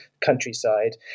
countryside